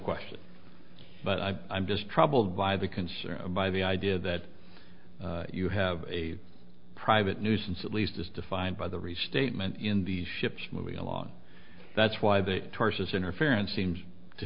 question but i i'm just troubled by the concern by the idea that you have a private nuisance at least as defined by the restatement in these ships moving along that's why the tortious interference seems to